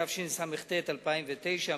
התשס"ט 2009,